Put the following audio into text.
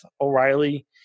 O'Reilly